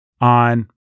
on